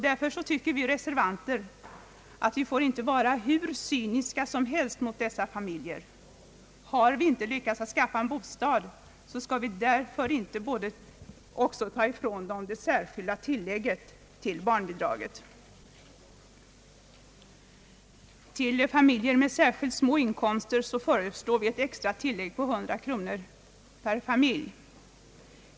Därför tycker vi reservanter att man inte får vara hur cynisk som helst mot barnfamiljerna. Har vi inte lyckats skaffa dem en bostad skall vi väl inte dessutom ta ifrån dem det särskilda tillägget. Till familjer med särskilt små inkomster föreslår vi att det skall utgå ett extra tillägg om 100 kronor.